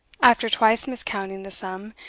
after twice miscounting the sum,